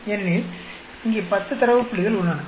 ஏனெனில் இங்கே 10 தரவு புள்ளிகள் உள்ளன